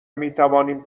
میتوانیم